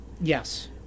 Yes